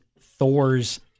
Thor's